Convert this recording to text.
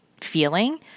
feeling